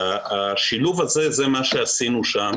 והשילוב הזה זה מה שעשינו שם